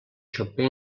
chopin